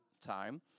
time